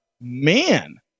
man